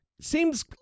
seems